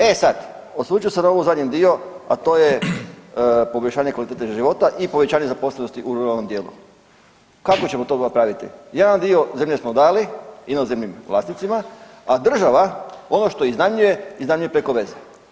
E sad, osvrnut ću se na ovaj zadnji dio, a to je poboljšanje kvalitete života i povećanje zaposlenosti u ruralnom dijelu, kako ćemo to napraviti, jedan dio zemlje smo dali inozemnim vlasnicima, a država ovo što iznajmljuje iznajmljuje preko veze.